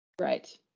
right